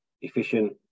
efficient